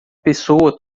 pessoa